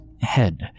head